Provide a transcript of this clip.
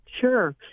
Sure